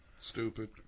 Stupid